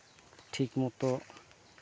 ᱴᱷᱤᱠ ᱢᱚᱛᱚ